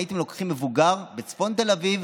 אם הייתם לוקחים מבוגר בצפון תל אביב,